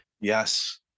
Yes